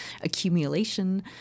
accumulation